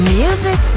music